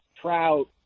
trout